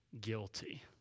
guilty